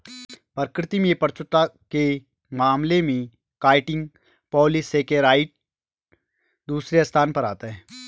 प्रकृति में प्रचुरता के मामले में काइटिन पॉलीसेकेराइड दूसरे स्थान पर आता है